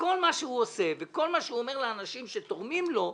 שכל מה שהוא עושה וכל מה שהוא אומר לאנשים שתורמים לו הוא: